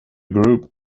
group